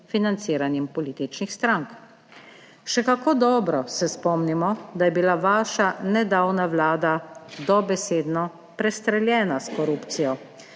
financiranjem političnih strank. Še kako dobro se spomnimo, da je bila vaša nedavna vlada dobesedno prestreljena s korupcijo.